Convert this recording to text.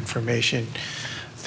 information